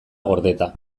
gordeta